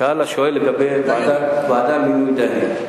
שאל השואל לגבי הוועדה למינוי דיינים.